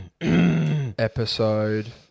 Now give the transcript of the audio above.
Episode